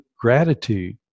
gratitude